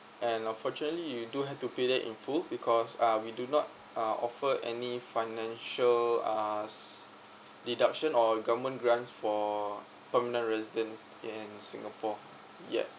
and unfortunately you do have to pay that in full because uh we do not uh offer any financial uh deduction or government grants for permanent residents in singapore yet